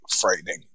frightening